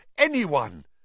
Anyone